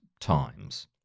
times